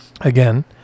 again